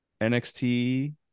NXT